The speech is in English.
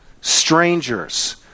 strangers